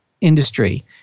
industry